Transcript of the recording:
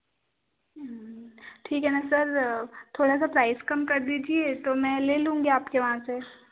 ठीक है न सर थोड़ा सा प्राइज थोड़ा सा प्राइज कम कर दीजिये तो मै ले लूँगी आपके वहाँ से